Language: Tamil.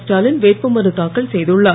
ஸ்டாலின் வேட்புமனுத் தாக்கல் செய்துள்ளார்